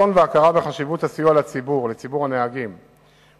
1. הגבלת מספר הנוסעים במוניות השירות לעשרה